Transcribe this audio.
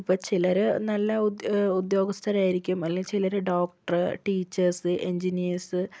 ഇപ്പോൾ ചിലർ നല്ല ഉദ്യോ ഉദ്യോഗസ്ഥരായിരിക്കും അല്ലെങ്കിൽ ചിലർ ഡോക്ടർ ടീച്ചേർസ് എൻജിനിയേർസ്